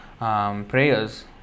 Prayers